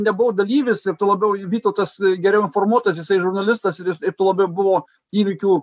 nebuvau dalyvis o tuo labiau vytautas geriau informuotas jisai žurnalistas ir jis ir tuo labiau buvo įvykių